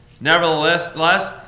Nevertheless